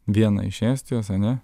vieną iš estijos ane